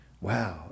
Wow